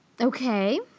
Okay